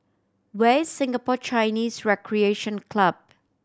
where is Singapore Chinese Recreation Club